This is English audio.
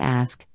ask